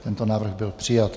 Tento návrh byl přijat.